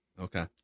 Okay